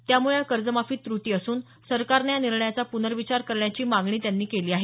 त्यामुळे या कर्जमाफीत त्रुटी असून सरकारनं या निर्णयाचा प्नर्विचार करण्याची मागणी त्यांनी केली आहे